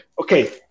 okay